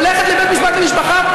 הולכת לבית משפט למשפחה,